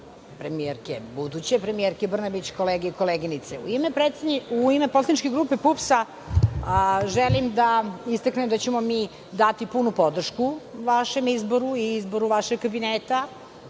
kabinetu buduće premijerke Brnabić, kolege i koleginice, u ime poslaničke grupe PUPS, želim da istaknem da ćemo mi dati punu podršku vašem izboru i izboru vašeg kabineta,